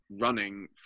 running